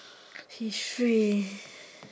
history